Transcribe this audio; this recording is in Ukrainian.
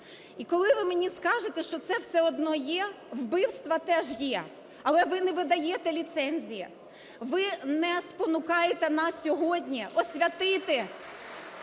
І коли ви мені скажете, що це все одно є, вбивства теж є, але ви не видаєте ліцензії. Ви не спонукаєте нас сьогодні освятити…